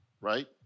right